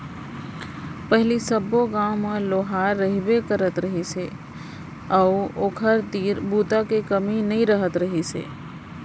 पहिली सब्बो गाँव म लोहार रहिबे करत रहिस हे अउ ओखर तीर बूता के कमी नइ रहत रहिस हे